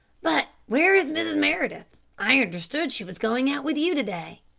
but where is mrs. meredith i understood she was going out with you to-day?